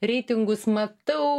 reitingus matau